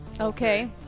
Okay